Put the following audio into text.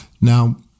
Now